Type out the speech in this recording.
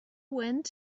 went